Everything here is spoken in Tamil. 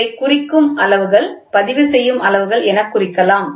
இவை குறிக்கும் அளவுகள் பதிவு செய்யும் அளவுகள் எனக் குறிக்கலாம்